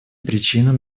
причинам